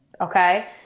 okay